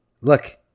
Look